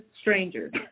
strangers